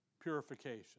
purification